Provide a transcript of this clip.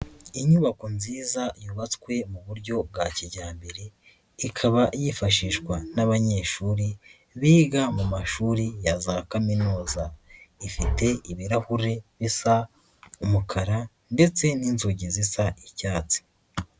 Inyubako nziza yubatswe mu buryo bwa kijyambere ikaba yifashishwa n'abanyeshuri biga mu mashuri ya za kaminuza, ifite ibirahuri bisa umukara ndetse n'inzugi zisa icyatsi.